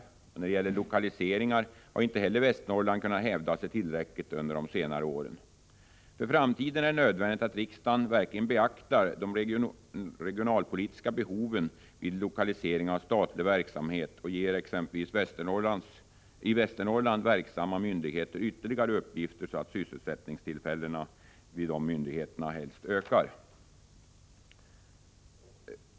Inte heller när det gäller lokaliseringsverksamheten har Västernorrland kunnat hävda sig tillräckligt under de senare åren. För framtiden är det nödvändigt att riksdagen verkligen beaktar de regionalpolitiska behoven vid lokaliseringar av statlig verksamhet och ger exempelvis i Västernorrland verksamma myndigheter ytterligare uppgifter, helst så att sysselsättningstillfällena vid de myndigheterna ökar.